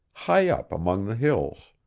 high up among the hills.